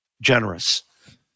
generous